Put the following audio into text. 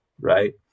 right